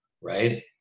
right